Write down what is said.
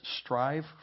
Strive